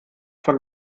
von